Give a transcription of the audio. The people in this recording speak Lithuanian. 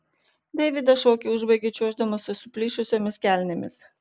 deividas šokį užbaigė čiuoždamas su suplyšusiomis kelnėmis